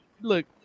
look